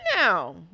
now